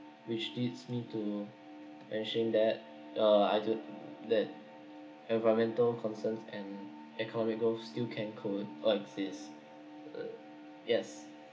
which leads me to mention that uh argue that environmental concerns and economical still can co~ coexist uh yes